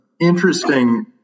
interesting